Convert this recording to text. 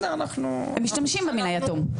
משתמשים במילה יתום.